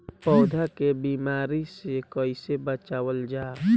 पौधा के बीमारी से कइसे बचावल जा?